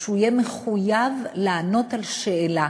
שהוא יהיה מחויב לענות על שאלה,